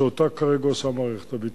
ואותה כרגע עושה מערכת הביטחון.